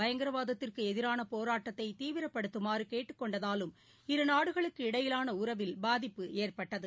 பயங்கரவாதத்திற்கு எதிரான போராட்டத்தை தீவிரப்படுத்தமாற கேட்டுக்கொண்டதாலும் இருநாடுகளுக்கு இடையிலான உறவில் பாதிப்பு ஏற்பட்டது